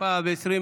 התשפ"ב 2021,